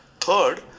Third